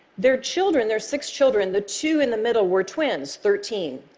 their children, their six children, the two in the middle were twins, thirteen,